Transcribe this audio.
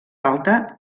alta